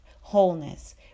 wholeness